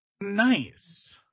Nice